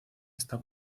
esta